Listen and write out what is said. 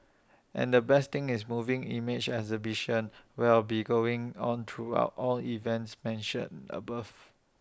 and the best thing is A moving image exhibition will be going on throughout all events mentioned above